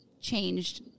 changed